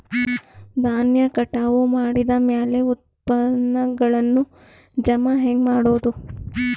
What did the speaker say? ಧಾನ್ಯ ಕಟಾವು ಮಾಡಿದ ಮ್ಯಾಲೆ ಉತ್ಪನ್ನಗಳನ್ನು ಜಮಾ ಹೆಂಗ ಮಾಡೋದು?